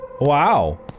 Wow